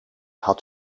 had